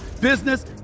business